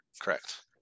Correct